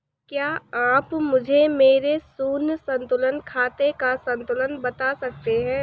क्या आप मुझे मेरे शून्य संतुलन खाते का संतुलन बता सकते हैं?